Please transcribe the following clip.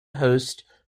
host